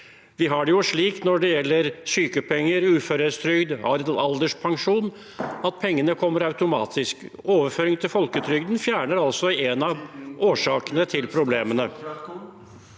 Vi har det jo slik når det gjelder sykepenger, uføretrygd og alderspensjon – at pengene kommer automatisk. Overføring til folketrygden fjerner altså en av årsakene til problemene.